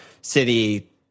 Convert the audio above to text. City